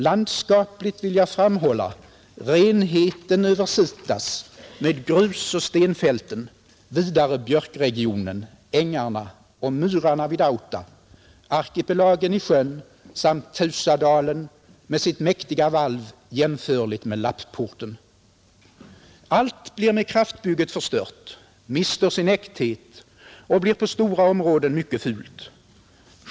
Landskapligt vill jag framhålla renheten över Sitas med grusoch stenfälten, vidare björkregionen, ängarna och myrarna vid Auta, arkipelagen i sjön samt Teusadalen med sitt mäktiga valv jämförligt med Lapporten. Allt blir med kraftbygget förstört, mister sin äkthet och blir på stora områden mycket fult.